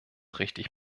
richtig